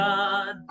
God